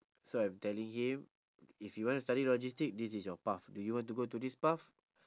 so I'm telling him if you want to study logistic this is your path do you want to go to this path